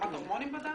רמת הורמונים בדם?